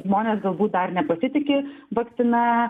žmonės galbūt dar nepasitiki vakcina